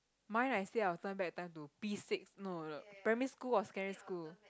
mine I say I will turn back time to P-six no no primary school or secondary school